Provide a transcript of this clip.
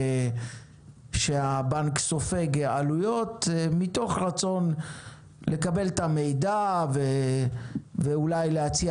שהבנק סופג עלויות מתוך רצון לקבל את המידע ואולי להציע